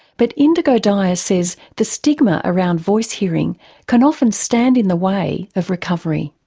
but indigo daya says the stigma around voice-hearing can often stand in the way of recovery.